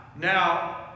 Now